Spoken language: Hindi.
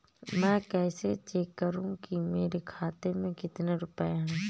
मैं कैसे चेक करूं कि मेरे खाते में कितने रुपए हैं?